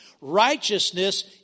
Righteousness